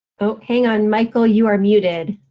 oh, hang on michael, you're muted.